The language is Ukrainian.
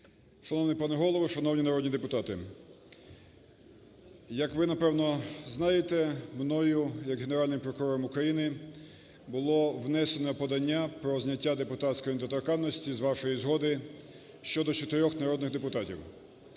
Шановний пане Голово, шановні народні депутати, як ви, напевно, знаєте, мною як Генеральним прокурором України було внесено подання про зняття депутатської недоторканності, з вашої згоди, щодо чотирьох народних депутатів.